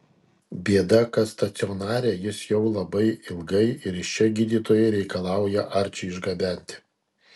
bėda kas stacionare jis jau labai ilgai ir iš čia gydytojai reikalauja arčį išgabenti